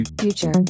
Future